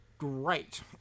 Great